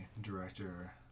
director